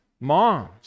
moms